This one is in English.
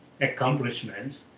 accomplishment